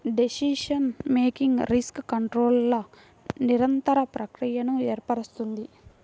decision making risk కంట్రోల్ల నిరంతర ప్రక్రియను ఏర్పరుస్తుంది